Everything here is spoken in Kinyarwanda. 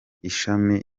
ishami